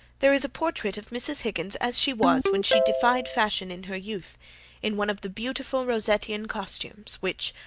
there is a portrait of mrs. higgins as she was when she defied fashion in her youth in one of the beautiful rossettian costumes which,